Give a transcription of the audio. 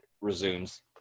resumes